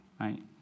right